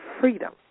freedom